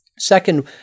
Second